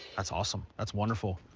that's awesome. that's wonderful,